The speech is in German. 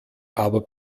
aber